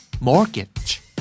Mortgage